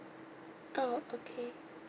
oh okay